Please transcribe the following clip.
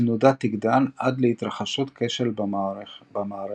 התנודה תגדל עד להתרחשות כשל במערכת.